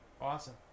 Awesome